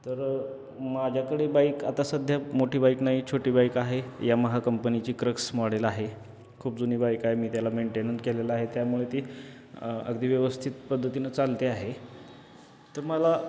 तर माझ्याकडे बाईक आता सध्या मोठी बाईक नाही छोटी बाईक आहे यामहा कंपनीची क्रक्स मॉडेल आहे खूप जुनी बाईक आहे मी त्याला मेंटेन केलेलं आहे त्यामुळे ती अगदी व्यवस्थित पद्धतीनं चालते आहे तर मला